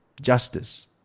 justice